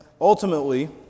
Ultimately